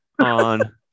on